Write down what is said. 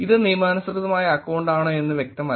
ഇത് നിയമാനുസൃതമായ അക്കൌണ്ടാണോ എന്ന് വ്യക്തമല്ല